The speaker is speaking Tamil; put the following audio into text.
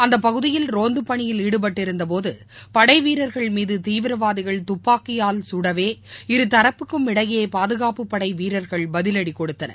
அந்த பகுதியில் ரோந்து பணியில் ஈடுபட்டிருந்தபோது படை வீரர்கள் மீது தீவிரவாதிகள் துப்பாக்கியால் சுடவே இருதரப்புக்கும் இடையே பாதுகாப்புப் படை வீரர்கள் பதிவடி கொடுத்தனர்